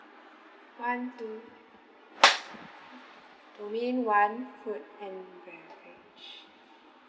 one two domain one food and beverage